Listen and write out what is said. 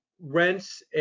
rents